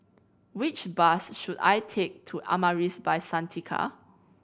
which bus should I take to Amaris By Santika